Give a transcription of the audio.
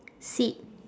sit